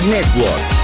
Network